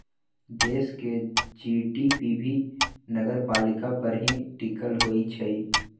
देश के जी.डी.पी भी नगरपालिका पर ही टिकल होई छई